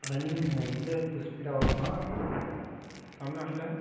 running நான் எந்தளவுக்கு ஸ்பீடாக ஓடுவேன்னால் தமிழ்நாட்டில்